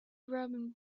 grubbing